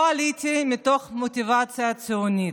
לא עליתי מתוך מוטיבציה ציונית.